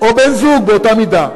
או בן-זוג באותה מידה.